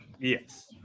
yes